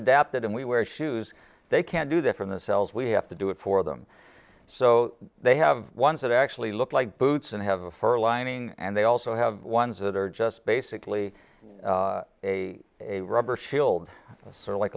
adapted and we wear shoes they can't do that from the cells we have to do it for them so they have ones that actually look like boots and have a fur lining and they also have ones that are just basically a rubber shield sort of like